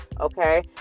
Okay